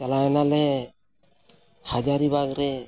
ᱪᱟᱞᱟᱣ ᱮᱱᱟᱞᱮ ᱦᱟᱡᱟᱨᱤᱵᱟᱜᱽ ᱨᱮ